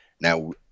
Now